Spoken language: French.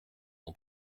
mon